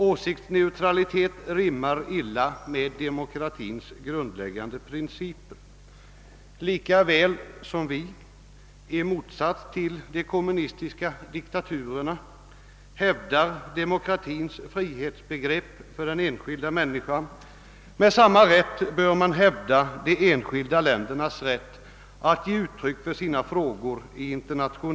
Åsiktsneutralitet rimmar illa med demokratins grundläggande principer. Lika väl som vi — i motsats till de kommunistiska diktaturerna — hävdar demokratins frihetsbegrepp för den enskilda människan, bör vi hävda de enskilda ländernas rätt att i internationella, omstridda frågor ge uttryck för sina åsikter.